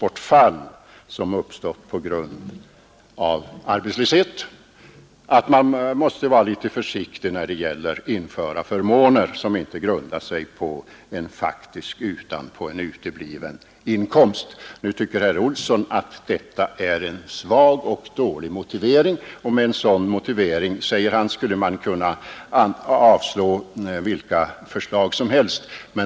Detta underströks även 1968, när man ändrade lagen till att omfatta inkomstbortfall som uppstått på grund av arbetslöshet. Herr Olsson i Stockholm tycker nu att detta är en svag och dålig motivering. Med en sådan motivering skulle man, säger han, kunna avslå vilka förslag som helst.